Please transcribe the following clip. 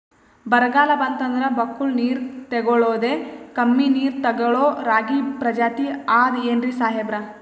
ಬರ್ಗಾಲ್ ಬಂತಂದ್ರ ಬಕ್ಕುಳ ನೀರ್ ತೆಗಳೋದೆ, ಕಮ್ಮಿ ನೀರ್ ತೆಗಳೋ ರಾಗಿ ಪ್ರಜಾತಿ ಆದ್ ಏನ್ರಿ ಸಾಹೇಬ್ರ?